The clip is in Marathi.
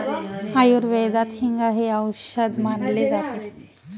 आयुर्वेदात हिंग हे औषध मानले जाते